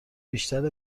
بیشتر